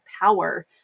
power